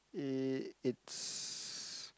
i~ it's